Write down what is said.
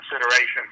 consideration